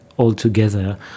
altogether